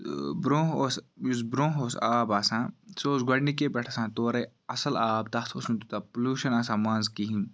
تہ برونٛہہ اوس یُس برونٛہہ اوس آب آسان سہُ اوس گۄڈنِکے پیٚٹھ آسان تورے اصِل آب تَتھ اوس نہ تیوٗتاہ پُلوشَن آسان مَنٛز کِہیٖنۍ